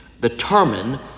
determine